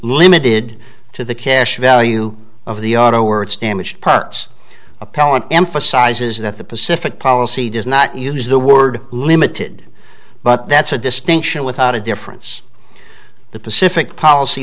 limited to the cash value of the auto or its damaged products appellant emphasizes that the pacific policy does not use the word limited but that's a distinction without a difference the pacific policy